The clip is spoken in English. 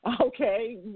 Okay